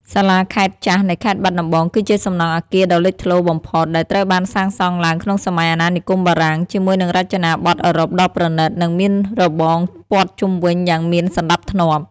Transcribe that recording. សាលាខេត្តចាស់នៃខេត្តបាត់ដំបង គឺជាសំណង់អគារដ៏លេចធ្លោបំផុត ដែលត្រូវបានសាងសង់ឡើងក្នុងសម័យអាណានិគមបារាំង ជាមួយនឹងរចនាប័ទ្មអឺរ៉ុបដ៏ប្រណីត និងមានរបងព័ទ្ធជុំវិញយ៉ាងមានសណ្តាប់ធ្នាប់។